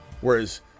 Whereas